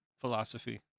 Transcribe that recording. philosophy